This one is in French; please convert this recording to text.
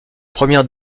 premières